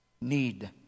need